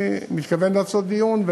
אני מתכוון לעשות דיון,